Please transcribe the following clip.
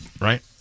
Right